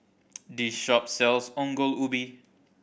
this shop sells Ongol Ubi